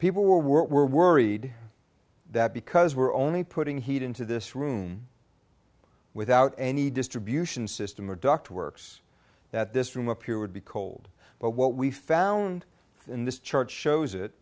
people were worried that because we were only putting heat into this room without any distribution system or duct works that this room up here would be cold but what we found in this chart shows it